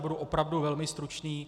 Budu opravdu velmi stručný.